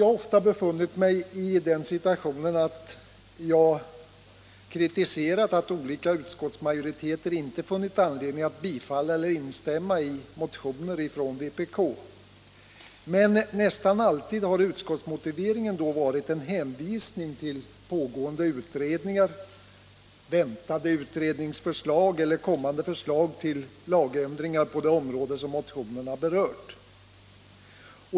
Jag har ofta befunnit mig i den situationen att jag kritiserat att olika utskottsmajoriteter inte funnit anledning att bifalla eller instämma i motioner från vpk — men nästan alltid har utskottsmotiveringen då varit en hänvisning till pågående utredningar, väntade utredningsförslag eller kommande förslag till lagändringar på det område motionerna berört.